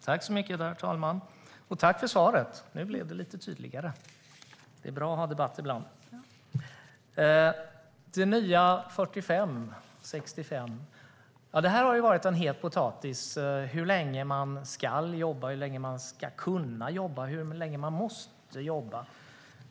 Herr talman! Jag tackar för svaret. Nu blev det lite tydligare. Ibland är det bra att ha debatt. Det nya 45 - 65. Det har varit en het potatis hur länge man ska jobba, hur länge man ska kunna jobba och hur länge man måste jobba.